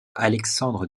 alexandre